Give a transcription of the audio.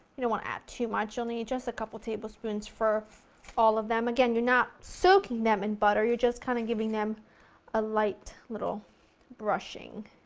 you know want to add too much, you'll need just a couple tablespoons for all of them, again you're not soaking them in butter, you're just kind of giving them a light little brushing.